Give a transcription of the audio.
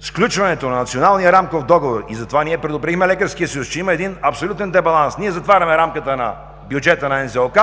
сключването на Националния рамков договор, и затова предупредихме Лекарския съюз, че има един абсолютен дебаланс – ние затваряме рамката на бюджета на НЗОК